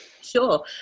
Sure